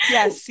Yes